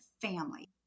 family